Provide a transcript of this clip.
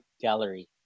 Gallery